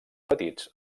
petits